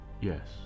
Yes